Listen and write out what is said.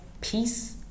peace